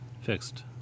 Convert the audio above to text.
Fixed